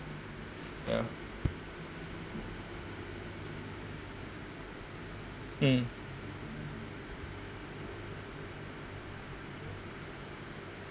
ya mm